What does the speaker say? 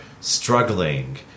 struggling